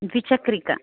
द्विचक्रिका